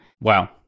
wow